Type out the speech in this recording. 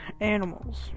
animals